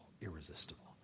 irresistible